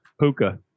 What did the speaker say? Puka